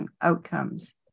outcomes